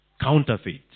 counterfeits